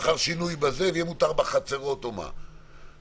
שינוי בהנחיות ויהיה מותר ללמד בחצרות או משהו כזה,